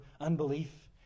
unbelief